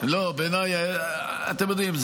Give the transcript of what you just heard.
אתם יודעים,